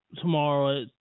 tomorrow